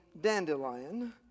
dandelion